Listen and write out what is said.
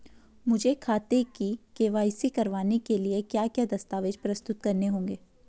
मुझे खाते की के.वाई.सी करवाने के लिए क्या क्या दस्तावेज़ प्रस्तुत करने होंगे?